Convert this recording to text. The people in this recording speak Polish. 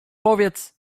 powiedz